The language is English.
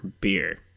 beer